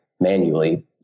manually